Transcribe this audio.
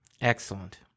Excellent